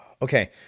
Okay